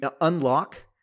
unlock